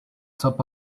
top